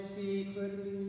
secretly